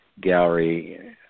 Gallery